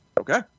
Okay